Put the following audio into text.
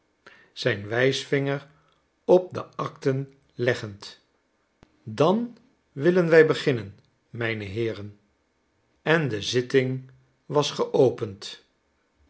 zijn wijsvinger op de acten leggend dan willen wij beginnen mijne heeren en de zitting was geopend